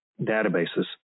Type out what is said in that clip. databases